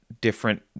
different